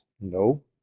No